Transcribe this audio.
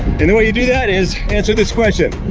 and the way you do that is answer this question.